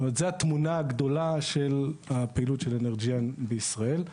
זה התמונה הגדולה של הפעילות של אנרג'יאן בישראל.